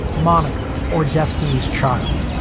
monica or destiny's child.